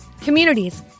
Communities